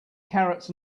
carrots